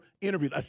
interview